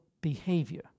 behavior